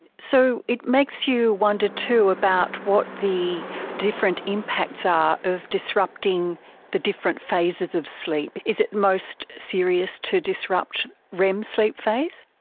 so it makes you wonder too about what the different impacts are of disrupting the different phases of sleep. is it most serious to disrupt rem sleep phase?